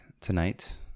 tonight